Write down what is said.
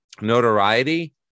notoriety